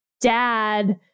dad